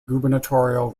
gubernatorial